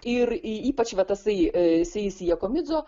ir ypač va tasai seisi jakomidzo